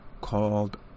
called